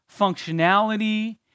functionality